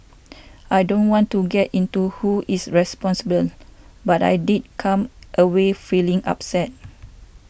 I don't want to get into who is responsible but I did come away feeling upset